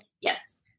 Yes